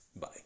Bye